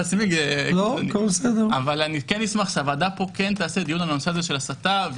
אני כן אשמח שהוועדה תקיים דיון בנושא של הסתה,